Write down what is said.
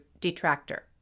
detractor